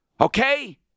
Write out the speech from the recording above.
Okay